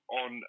on